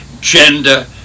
gender